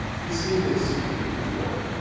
we've seen this with ebola.